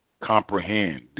comprehend